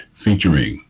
Featuring